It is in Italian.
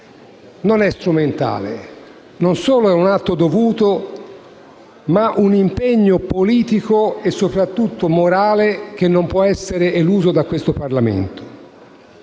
non è strumentale. Non è solo un atto dovuto, ma un impegno politico e soprattutto morale che non può essere eluso da questo Parlamento.